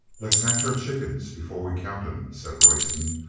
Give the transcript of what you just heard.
let's hatch our chickens before we count em, said royston,